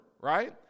right